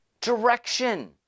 direction